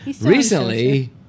Recently